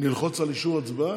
הנושא הבא,